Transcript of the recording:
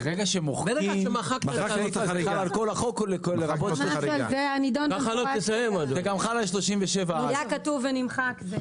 ברגע שמוחקים --- היה כתוב ונמחק.